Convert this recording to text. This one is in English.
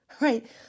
Right